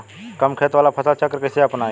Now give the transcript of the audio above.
कम खेत वाला फसल चक्र कइसे अपनाइल?